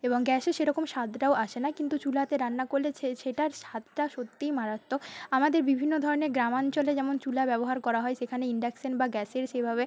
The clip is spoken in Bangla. এবং গ্যাসে সেরকম স্বাদটাও আসে না কিন্তু চুলাতে রান্না করলে ছে সেটার স্বাদটা সত্যিই মারাত্মক আমাদের বিভিন্ন ধরনের গ্রামাঞ্চলে যেমন চুলা ব্যবহার করা হয় সেখানে ইন্ডাকশান বা গ্যাসের সেভাবে